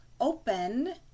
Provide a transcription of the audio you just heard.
OPEN